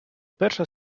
перша